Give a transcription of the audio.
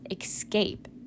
escape